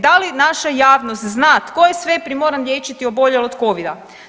Da li naša javnost zna tko je sve primoran liječiti oboljele od covida?